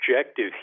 objective